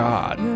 God